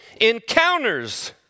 encounters